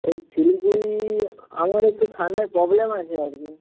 ওই শিলিগুড়ি আমার একটু ঠান্ডার প্রবলেম আছে আর কি